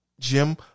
Jim